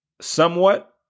Somewhat